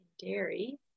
dairy